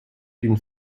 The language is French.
d’une